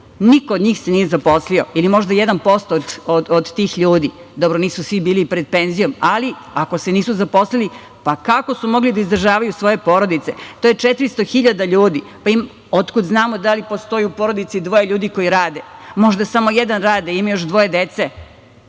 Niko od njih se nije zaposlio ili možda 1% od tih ljudi. Dobro, nisu svi bili pred penzijom, ali ako se nisu zaposlili, pa kako su mogli da izdržavaju svoje porodice? To je 400.000 ljudi. Otkud znamo da li postoji u porodici dvoje ljudi koji radi, možda samo jedan radi, a ima još dvoje dece.